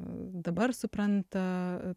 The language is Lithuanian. dabar supranta